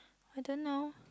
I don't know